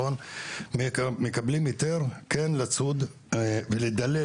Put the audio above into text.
מקבלים היתר לצוד ולדלל,